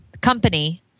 company